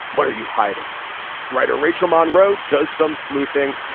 what are you hiding writer rachel monroe does some sleuthing.